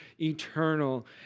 eternal